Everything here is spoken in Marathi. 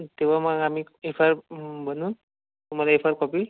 तेव्हा मग आम्ही एफ आय आर बनवून तुम्हाला एफ आय आर कॉपी